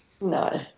No